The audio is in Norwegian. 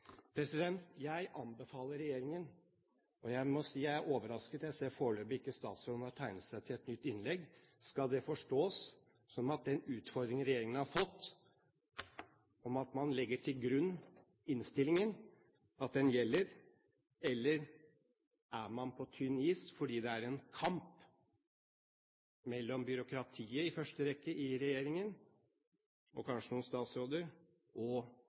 rev. Jeg må si jeg er overrasket når jeg ser at statsråden foreløpig ikke har tegnet seg til et nytt innlegg. Skal det forstås sånn at den utfordringen regjeringen har fått om at man legger til grunn innstillingen, gjelder, eller er man på tynn is fordi det er en kamp mellom byråkratiet i første rekke i regjeringen og kanskje noen statsråder, og